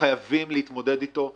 שאנחנו חייבים להתמודד אתו.